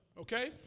Okay